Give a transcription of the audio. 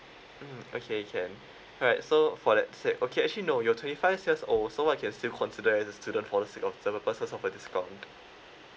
mm okay can alright so for that said okay actually no you're twenty five years old so I can still consider as a student for the sake of several purposes of a discount